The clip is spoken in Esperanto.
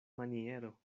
maniero